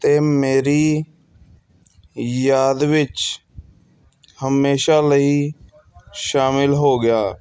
ਅਤੇ ਮੇਰੀ ਯਾਦ ਵਿੱਚ ਹਮੇਸ਼ਾ ਲਈ ਸ਼ਾਮਿਲ ਹੋ ਗਿਆ